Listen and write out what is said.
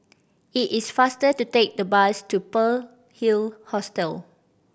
it is faster to take the bus to Pearl Hill Hostel